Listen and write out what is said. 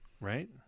Right